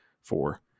four